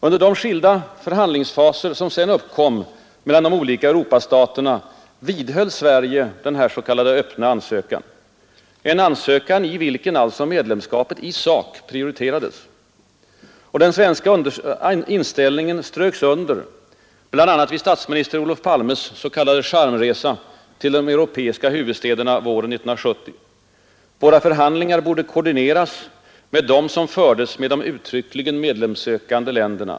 Under de skilda förhandlingsfaser som sedan uppkom mellan de olika Europastaterna vidhöll Sverige denna s.k. öppna ansökan, en ansökan i vilken alltså medlemskapet i sak prioriterades. Och den svenska inställningen ströks under bl.a. vid statsminister Olof Palmes s.k. charmresa till de europeiska huvudstäderna våren 1970. Våra förhandlingar borde koordineras med dem som fördes med de uttryckligen medlemskapssökande länderna.